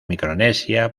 micronesia